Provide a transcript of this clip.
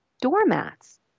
doormats